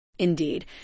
Indeed